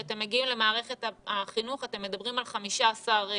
וכשאתם מגיעים למערכת החינוך אתם מדברים על 15 ילדים.